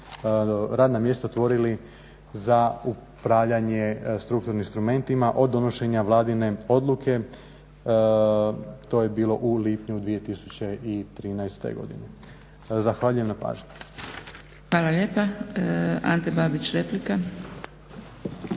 radna mjesta otvorili za upravljanje strukturnim instrumentima od donošenja Vladine odluke, to je bilo u lipnju 2013. godine. Zahvaljujem na pažnji. **Zgrebec, Dragica (SDP)** Hvala lijepa. Ante Babić, replika.